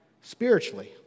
spiritually